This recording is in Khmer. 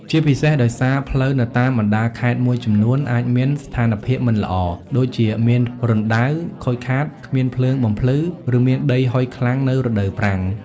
ជាពិសេសដោយសារផ្លូវនៅតាមបណ្ដាខេត្តមួយចំនួនអាចមាន ស្ថានភាពមិនល្អ ដូចជាមានរណ្ដៅ ខូចខាត គ្មានភ្លើងបំភ្លឺ ឬមានដីហុយខ្លាំងនៅរដូវប្រាំង។